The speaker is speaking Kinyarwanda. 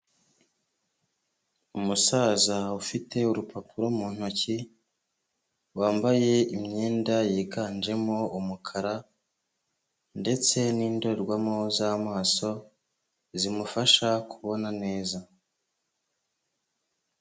Umusaza ufite urupapuro mu ntoki, wambaye imyenda yiganjemo umukara ndetse n'indorerwamo z'amaso zimufasha kubona neza.